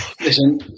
Listen